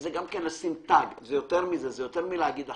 זה יותר מזה, זה לשים תג.